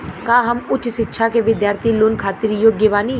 का हम उच्च शिक्षा के बिद्यार्थी लोन खातिर योग्य बानी?